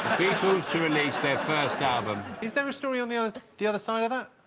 beautiful to release their first album, is there a story on me on the other side of that